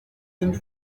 indi